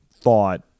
thought